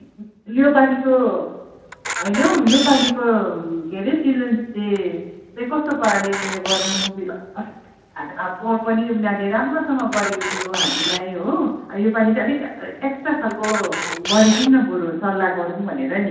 यो पालिको होइन हौ यो पालिको के हरे चिल्ड्रेन्स डे चाहिँ कस्तो पाराले उयो गर्नु पोहर पनि उनीहरूले राम्रोसँग गरेको थियो हामीलाई हो यो पालि चाहिँ अलिक एक्स्ट्रा खालको गरिदिउँ न बरु सल्लाह गरौँ भनेर नि